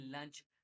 lunch